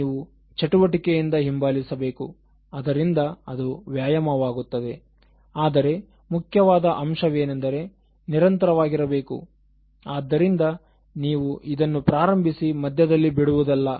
ನೀವು ಚಟುವಟಿಕೆಯಿಂದ ಹಿಂಬಾಲಿಸಬೇಕು ಅದರಿಂದ ಅದು ವ್ಯಾಯಾಮವಾಗುತ್ತದೆ ಆದರೆ ಮುಖ್ಯವಾದ ಅಂಶವೇನೆಂದರೆ ನಿರಂತರವಾಗಿರಬೇಕು ಆದ್ದರಿಂದ ನೀವು ಇದನ್ನು ಪ್ರಾರಂಭಿಸಿ ಮಧ್ಯದಲ್ಲಿ ಬಿಡುವುದಲ್ಲ